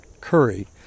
Curry